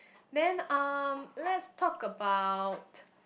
then um let's talk about